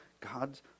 God's